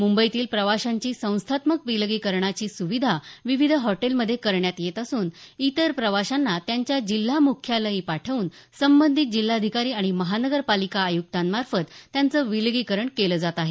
मुंबईतील प्रवाशांची संस्थात्मक विलगीकरणाची सुविधा विविध हॉटेलमध्ये करण्यात येत असून इतर जिल्ह्यातल्या तसंच इतर राज्यातल्या प्रवाशांना त्यांच्या जिल्हा मुख्यालयी पाठवून संबंधित जिल्हाधिकारी आणि महानगरपालिका आयुक्तांमार्फत त्यांचं विलगीकरण केलं जात आहे